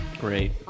Great